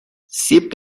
سیب